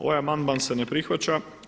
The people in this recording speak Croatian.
Ovaj amandman se ne prihvaća.